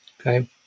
Okay